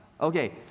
Okay